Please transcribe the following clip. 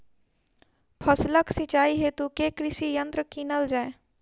फसलक सिंचाई हेतु केँ कृषि यंत्र कीनल जाए?